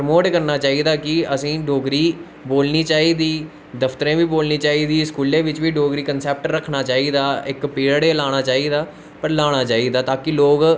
promote करना चाही दा कि असेंगी डोगरी बोलनी चाही दी दफ्तरे बी बोलनी चाही दी स्कूलें बिच्च बी डोगरी कन्सैप्ट रक्खना चाही दा इक पीरायड बी लाना चाही दा पर लाना चाही दा ताकि लोग